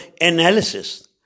analysis